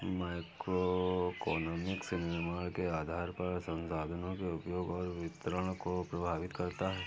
microeconomics निर्णयों के आधार पर संसाधनों के उपयोग और वितरण को प्रभावित करता है